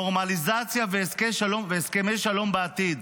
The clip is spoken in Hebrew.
נורמליזציה והסכמי שלום בעתיד.